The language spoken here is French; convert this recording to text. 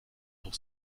sur